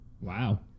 Wow